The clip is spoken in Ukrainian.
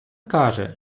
каже